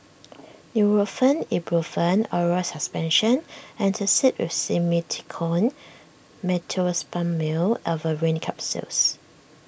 Nurofen Ibuprofen Oral Suspension Antacid with Simethicone Meteospasmyl Alverine Capsules